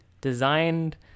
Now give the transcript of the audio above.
designed